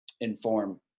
inform